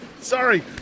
sorry